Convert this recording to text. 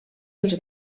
els